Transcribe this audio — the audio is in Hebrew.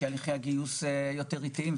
כי הליכי הגיוס יותר איטיים,